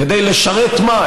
כדי לשרת מה?